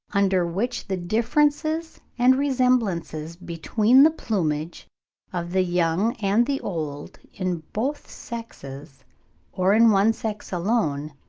under which the differences and resemblances between the plumage of the young and the old, in both sexes or in one sex alone,